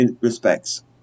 respects